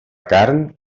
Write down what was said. carn